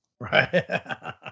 right